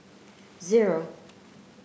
zero